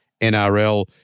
NRL